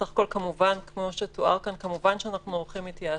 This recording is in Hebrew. סך הכול כמו שתואר כאן כמובן שאנחנו עורכים התייעצויות.